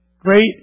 great